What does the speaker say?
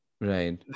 Right